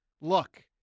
look